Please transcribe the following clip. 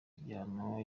igihano